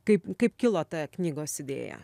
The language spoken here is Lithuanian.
kaip kaip kilo ta knygos idėja